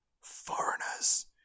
foreigners